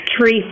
tree